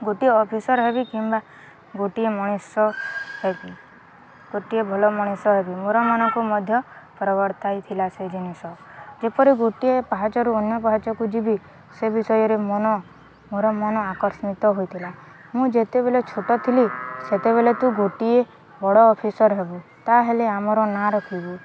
ଗୋଟିଏ ଅଫିସର୍ ହେବି କିମ୍ବା ଗୋଟିଏ ମଣିଷ ହେବି ଗୋଟିଏ ଭଲ ମଣିଷ ହେବି ମୋର ମନକୁ ମଧ୍ୟ ପରବର୍ତ୍ତ ହେଇଥିଲା ସେ ଜିନିଷ ଯେପରି ଗୋଟିଏ ପାହାଚରୁ ଅନ୍ୟ ପାହାଚକୁ ଯିବି ସେ ବିଷୟରେ ମନ ମୋର ମନ ଆକର୍ମିତ ହୋଇଥିଲା ମୁଁ ଯେତେବେଲେ ଛୋଟ ଥିଲି ସେତେବେଲେ ତୁ ଗୋଟିଏ ବଡ଼ ଅଫିସର୍ ହେବୁ ତାହଲେ ଆମର ନାଁ ରଖିବୁ